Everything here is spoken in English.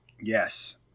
Yes